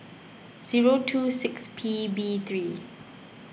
zero two six P B three